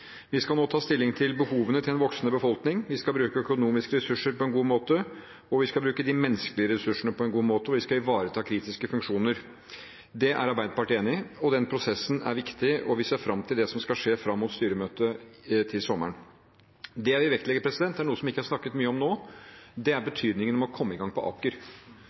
Vi skal nå ta stilling til behovene til en voksende befolkning, vi skal bruke økonomiske ressurser på en god måte, vi skal bruke de menneskelige ressursene på en god måte, og vi skal ivareta kritiske funksjoner. Det er Arbeiderpartiet enig i. Den prosessen er viktig, og vi ser fram til det som skal skje fram mot styremøtet til sommeren. Det jeg vil vektlegge, er noe som det ikke er snakket mye om nå. Det er betydningen av å komme i gang på Aker,